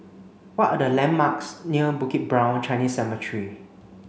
what are the landmarks near Bukit Brown Chinese Cemetery